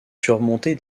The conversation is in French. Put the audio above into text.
surmontée